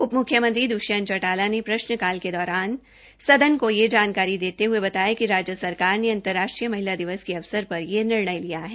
उप मुख्यमंत्री दृष्यंत चौटजला ने प्रश्नकाल के दौरान सदन को यह जानकारी देते हये बताया कि राज्य सरकार ने अंतर्राष्ट्रीय महिला दिवस के अवसर पर यह निर्णय लिया है